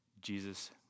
Jesus